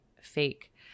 fake